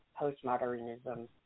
postmodernism